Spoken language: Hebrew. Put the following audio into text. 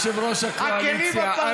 אדוני יושב-ראש הקואליציה, אנא.